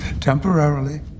Temporarily